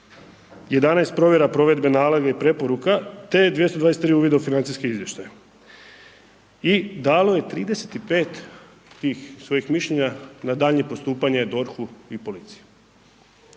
11 provjera provedbe naloga i preporuka te 223 uvida u financijske izvještaje i dalo je 35 tih svojih mišljenja na daljnje postupanje DORH-u i policiji.